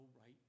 right